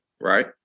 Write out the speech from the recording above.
right